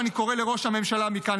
אני קורא לראש הממשלה מכאן,